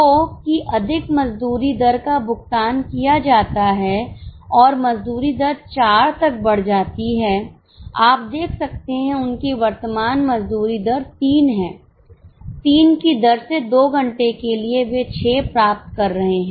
तो कि अधिक मजदूरी दर का भुगतान किया जाता है और मजदूरी दर 4 तक बढ़ जाती है आप देख सकते हैं कि उनकी वर्तमान मजदूरी दर 3 है 3 की दर से 2 घंटे के लिए वे 6 प्राप्त कर रहे हैं